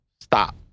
stop